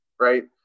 Right